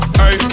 hey